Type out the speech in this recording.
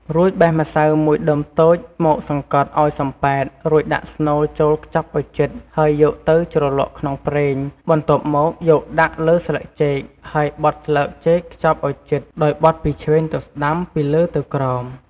រួចបេះម្សៅមួយដុំតូចមកសង្កត់ឱ្យសំប៉ែត រួចដាក់ស្នូលចូលខ្ចប់ឱ្យជិត ហើយយកទៅជ្រលក់ក្នុងប្រេង បន្ទាប់មកយកដាក់លើស្លឹកចេកហើយបត់ស្លឹកចេកខ្ចប់ឱ្យជិត ដោយបត់ពីឆ្វេងទៅស្តាំ ពីលើទៅក្រោម។